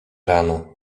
rano